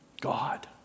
God